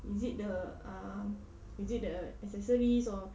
is it the uh is it the accessories or